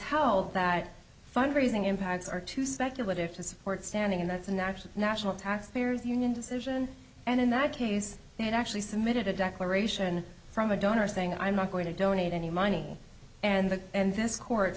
held that fund raising impacts are too speculative to support standing and that's a natural national taxpayers union decision and in that case it actually submitted a declaration from a donor saying i'm not going to donate any money and the and this court